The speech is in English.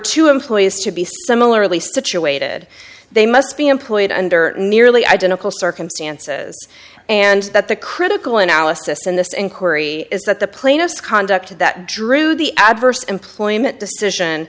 two employees to be similarly situated they must be employed under nearly identical circumstances and that the critical analysis in this inquiry is that the plaintiff conduct that drew the adverse employment decision